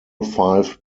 five